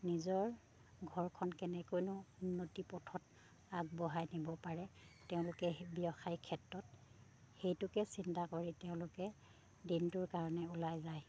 নিজৰ ঘৰখন কেনেকৈনো উন্নতি পথত আগবঢ়াই নিব পাৰে তেওঁলোকে ব্যৱসায় ক্ষেত্ৰত সেইটোকে চিন্তা কৰি তেওঁলোকে দিনটোৰ কাৰণে ওলাই যায়